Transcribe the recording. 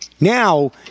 Now